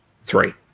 Three